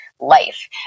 life